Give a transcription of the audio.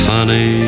Funny